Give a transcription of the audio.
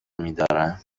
میدارم